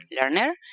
learner